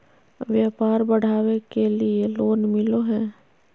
व्यापार बढ़ावे के लिए लोन मिलो है?